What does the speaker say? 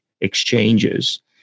exchanges